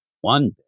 one